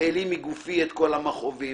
העלים מגופי את כל המכאובים.